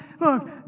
Look